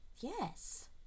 Yes